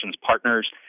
partners